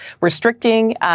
restricting